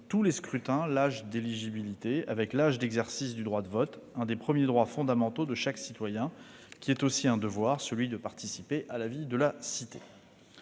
tous les scrutins, l'âge d'éligibilité avec l'âge d'exercice du droit de vote, un des premiers droits fondamentaux de chaque citoyen, qui est aussi un devoir, celui de participer à la vie de la cité.